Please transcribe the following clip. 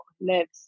lives